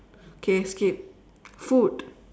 K skip food